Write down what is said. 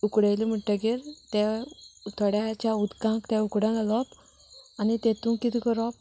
उकडयले म्हणटगीर तें थोड्या ज्या उदकांत उकडो घालप आनी तेतूं कितें करप